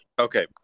Okay